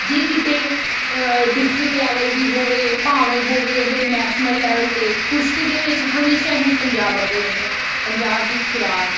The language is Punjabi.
ਜੇ ਕਿਤੇ ਡਿਸਟਰਿਕਟ ਲੈਵਲ ਦੀ ਹੋਵੇ ਭਾਵੇਂ ਹੋਵੇ ਇਹ ਨੈਸ਼ਨਲ ਲੈਵਲ 'ਤੇ ਕੁਸ਼ਤੀ ਦੇ ਵਿੱਚ ਹਮੇਸ਼ਾ ਹੀ ਪੰਜਾਬ ਅੱਗੇ ਰਹਿੰਦਾ ਪੰਜਾਬ ਦੀ ਖੁਰਾਕ